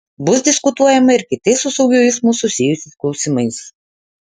bus diskutuojama ir kitais su saugiu eismu susijusiais klausimais